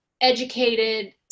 educated